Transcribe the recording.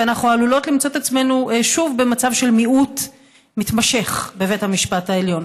ואנחנו עלולות למצוא עצמנו שוב במצב של מיעוט מתמשך בבית המשפט העליון.